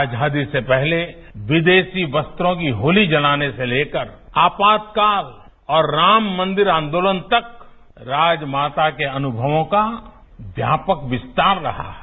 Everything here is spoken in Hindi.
आजादी से पहले विदेशी वस्त्रों की होली जलाने से लेकर आपातकाल और राम मंदिर आंदोलन तक राजमाता के अनुभवों का व्यापक विस्तार रहा है